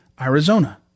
Arizona